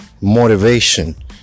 motivation